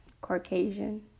Caucasian